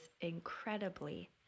incredibly